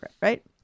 right